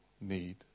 need